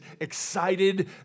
excited